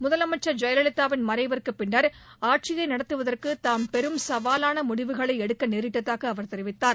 முதலமைச்சர் ஜெயலலிதா வின் மறைவுக்கு பின்னர் ஆட்சியை நடத்துவதற்கு தாம் பெரும் சவாலான முடிவுகளை எடுக்க நேரிட்டதாக அவர் தெரிவித்தார்